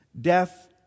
death